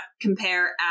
compare